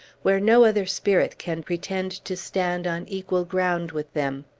where no other spirit can pretend to stand on equal ground with them.